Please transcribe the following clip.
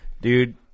dude